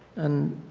and